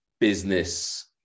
business